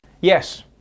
Yes